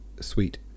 sweet